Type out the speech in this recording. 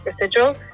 residual